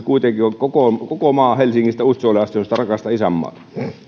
kuitenkin on koko maa helsingistä utsjoelle asti sitä rakasta isänmaata